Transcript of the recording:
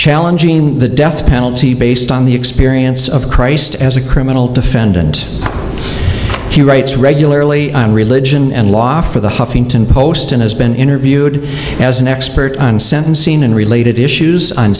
challenging the death penalty based on the experience of christ as a criminal defendant he writes regularly on religion and law for the huffington post and has been interviewed as an expert on sentencing and related issues on